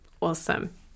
Awesome